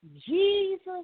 Jesus